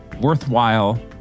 worthwhile